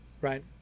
right